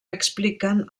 expliquen